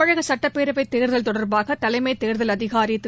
தமிழக சுட்டப்பேரவை தேர்தல் தொடர்பாக தலைமைத் தேர்தல் அதிகாரி திரு